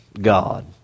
God